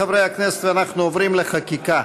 חברי הכנסת, אנחנו עוברים לחקיקה.